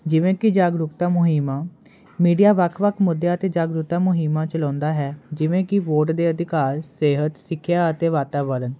ਜਿਵੇਂ ਕਿ ਜਾਗਰੂਕਤਾ ਮੁਹਿੰਮ ਮੀਡੀਆ ਵੱਖ ਵੱਖ ਮੁੱਦਿਆਂ 'ਤੇ ਜਾਗਰੂਕਤਾ ਮੁਹਿੰਮਾਂ ਚਲਾਉਂਦਾ ਹੈ ਜਿਵੇਂ ਕਿ ਵੋਟ ਦੇ ਅਧਿਕਾਰ ਸਿਹਤ ਸਿੱਖਿਆ ਅਤੇ ਵਾਤਾਵਰਨ